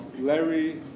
Larry